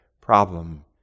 problem